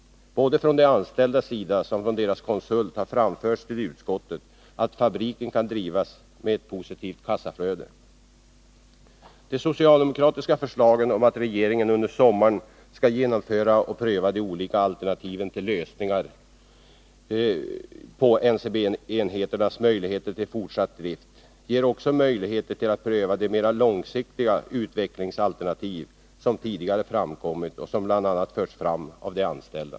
Både från de anställdas och från deras konsults sida har framförts till utskottet att fabriken kan drivas med ett positivt kassaflöde. Det socialdemokratiska förslaget om att regeringen under sommaren skall genomarbeta och pröva de olika alternativen till lösningar på NCB enheternas möjligheter till fortsatt drift ger också möjligheter till att pröva det mer långsiktiga utvecklingsalternativ som tidigare framkommit och som bl.a. förts fram av de anställda.